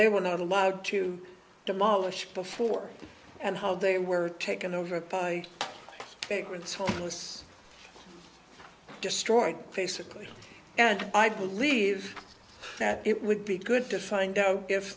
they were not allowed to demolish before and how they were taken over by ignorance home was destroyed basically and i believe that it would be good to find out if